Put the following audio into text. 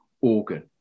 organ